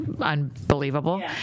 unbelievable